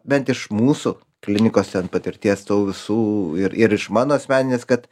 bent iš mūsų klinikos ten patirties tų visų ir ir iš mano asmeninės kad